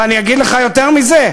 ואני אגיד לך יותר מזה,